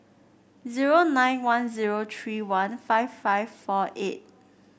zero nine one zero tree one five five four eight